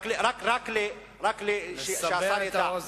שהשר ידע,